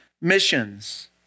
missions